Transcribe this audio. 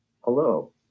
Hello